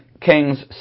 Kings